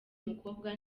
mukobwa